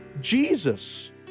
Jesus